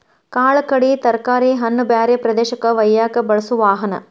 ಕಾಳ ಕಡಿ ತರಕಾರಿ ಹಣ್ಣ ಬ್ಯಾರೆ ಪ್ರದೇಶಕ್ಕ ವಯ್ಯಾಕ ಬಳಸು ವಾಹನಾ